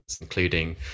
including